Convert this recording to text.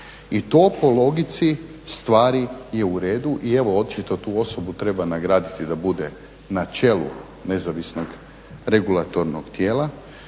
I to po logici stvari je u redu. I evo očito tu osobu treba nagraditi da bude na čelu nezavisnog regulatornog tijela